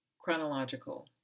chronological